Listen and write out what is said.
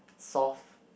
soft